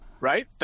Right